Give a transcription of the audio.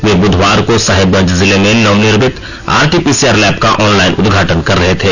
वे बुधवार को साहेबगंज जिले में नवनिर्मित आरटीपीसीआर लैब का ऑनलाइन उदघाटन कर रहे थे